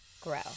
grow